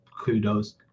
kudos